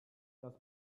das